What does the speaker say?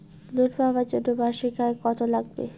Loan পাবার জন্যে মাসিক আয় কতো লাগবে?